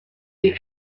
des